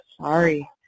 sorry